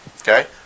Okay